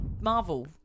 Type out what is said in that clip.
Marvel